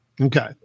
Okay